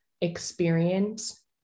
experience